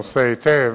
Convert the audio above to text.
מכיר את הנושא היטב,